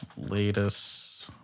latest